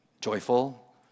joyful